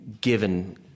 given